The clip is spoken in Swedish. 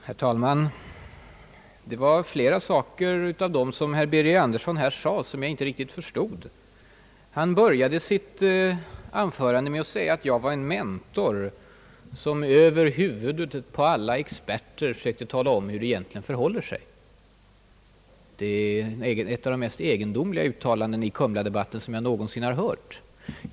Herr talman! Det var flera saker i det herr Birger Andersson här sade som jag inte riktigt förstod. Han började med uttalandet att jag var en »mentor», som över huvudet på alla experter sökte tala om hur det egentligen förhåller sig. Detta är ett av de mest egendomliga uttalanden i Kumla-debatten som jag någonsin hört.